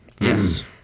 Yes